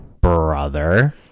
brother